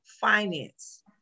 Finance